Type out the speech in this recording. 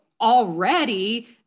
already